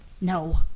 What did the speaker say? No